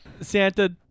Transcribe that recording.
Santa